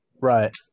Right